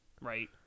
Right